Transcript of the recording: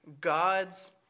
God's